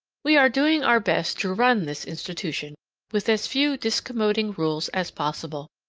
we are doing our best to run this institution with as few discommoding rules as possible,